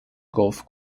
golf